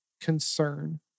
concern